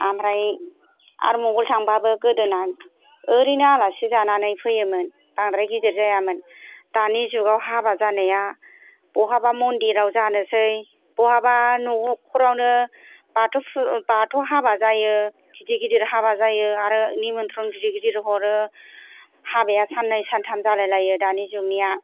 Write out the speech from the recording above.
ओमफ्राय आथमंगल थांबाबो गोदोना ओरैनो आलासि जानानै फैयोमोन बांद्राय गिदिर जायामोन दानि जुगाव हाबा जानाया बहाबा मन्दिराव जानोसै बहाबा न'खरावनो बाथौ हाबा जायो गिदिर गिदिर हाबा जायो आरो निमनथ्रन गिदिर गिदिर हरो हाबाया साननै सानथाम जालाय लायो दानि जुगनिआ